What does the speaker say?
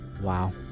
Wow